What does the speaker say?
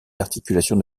articulations